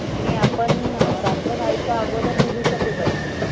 आणि आपण रात्र व्हायच्या अगोदर निघू शकू का तिकडून